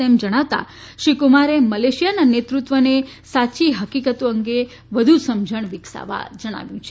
તેમ જણાવતા શ્રી કુમારે મલેશીયાના નેતૃત્વને સાચી હકીકતો અંગે વધુ સમજણ વિકસાવવા જણાવ્યુ છે